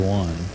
one